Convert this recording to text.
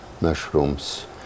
mushrooms